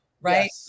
right